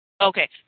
Okay